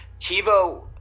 Tivo